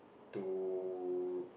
to